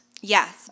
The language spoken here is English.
Yes